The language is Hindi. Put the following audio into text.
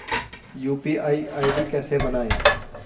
यू.पी.आई आई.डी कैसे बनाएं?